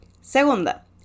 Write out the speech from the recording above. Segunda